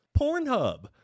Pornhub